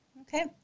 Okay